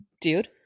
dude